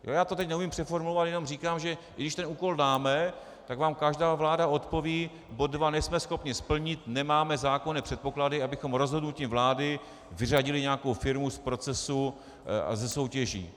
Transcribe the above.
Teď to neumím přeformulovat, jenom říkám, že i když ten úkol dáme, tak vám každá vláda odpoví: bod dva nejsme schopni splnit, nemáme zákonné předpoklady, abychom rozhodnutím vlády vyřadili nějakou firmu z procesu a ze soutěží.